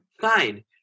fine